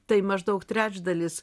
tai maždaug trečdalis